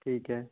ਠੀਕ ਹੈ